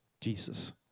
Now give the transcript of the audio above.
Jesus